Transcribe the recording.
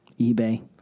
eBay